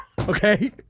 Okay